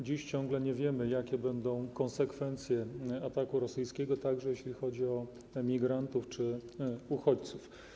Dziś ciągle nie wiemy, jakie będą konsekwencje ataku rosyjskiego, także jeśli chodzi o emigrantów czy uchodźców.